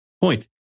point